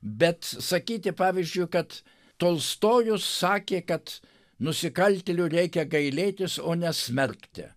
bet sakyti pavyzdžiui kad tolstojus sakė kad nusikaltėlių reikia gailėtis o ne smerkti